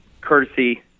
courtesy